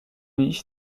unis